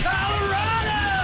Colorado